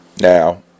Now